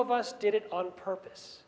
of us did it on purpose